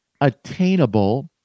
Attainable